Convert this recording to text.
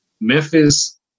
Memphis